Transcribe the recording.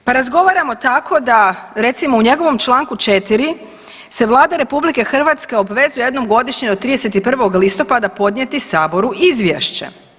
Pa razgovaramo tako da recimo u njegovom članku 4. se Vlada RH obvezuje jednom godišnje do 31. listopada podnijeti Saboru izvješće.